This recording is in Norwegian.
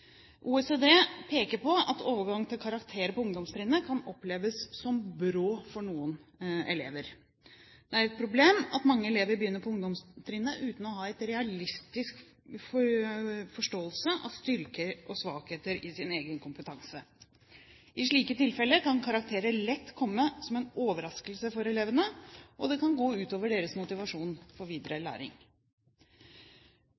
OECD peker på at overgangen til karakterer på ungdomstrinnet kan oppleves som brå for noen elever. Det er et problem at mange elever begynner på ungdomstrinnet uten å ha en realistisk forståelse av styrke og svakheter i sin egen kompetanse. I slike tilfeller kan karakterer lett komme som en overraskelse for elevene, og det kan gå ut over deres motivasjon for videre